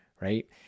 right